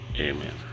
amen